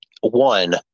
one